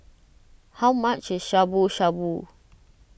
how much is Shabu Shabu